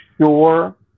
sure